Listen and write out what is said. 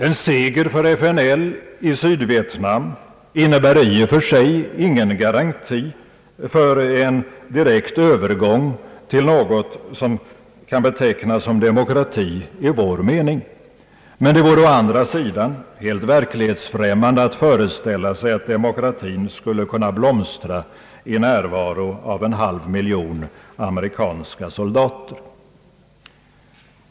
En seger för FNL i Sydvietnam innebär i och för sig ingen garanti för en direkt övergång till något som kan betecknas som demokrati i vår mening. Men det vore helt verklighetsfrämmande att föreställa sig att demokratin skulle kunna blomstra i närvaro av en halv miljon amerikanska soldater.